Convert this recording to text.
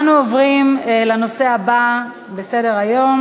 אנו עוברים לנושא הבא בסדר-היום: